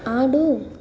ఆడు